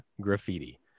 Graffiti